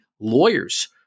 lawyers